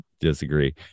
disagree